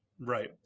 Right